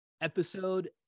Episode